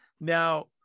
Now